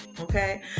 okay